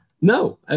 No